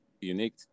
Unique